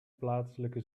plaatselijke